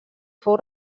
fou